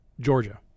Georgia